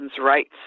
rights